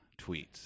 tweets